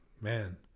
man